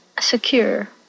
secure